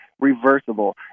reversible